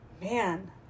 Man